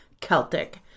Celtic